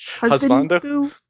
husband